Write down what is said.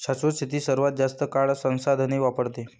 शाश्वत शेती सर्वात जास्त काळ संसाधने वापरते